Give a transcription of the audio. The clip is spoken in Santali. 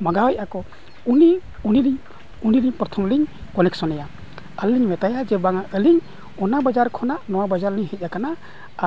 ᱢᱟᱸᱜᱟᱣᱮᱫᱼᱟᱠᱚ ᱩᱱᱤ ᱩᱱᱤ ᱨᱮᱱ ᱩᱱᱤ ᱨᱮᱱ ᱯᱨᱚᱛᱷᱚᱢ ᱞᱤᱧ ᱠᱟᱞᱮᱠᱥᱚᱱᱮᱭᱟ ᱟᱨᱞᱤᱧ ᱢᱮᱛᱟᱭᱟ ᱡᱮ ᱵᱟᱝᱟ ᱟᱹᱞᱤᱧ ᱚᱱᱟ ᱵᱟᱡᱟᱨ ᱠᱷᱚᱱᱟᱜ ᱱᱚᱣᱟ ᱵᱟᱡᱟᱨ ᱞᱤᱧ ᱦᱮᱡ ᱠᱟᱱᱟ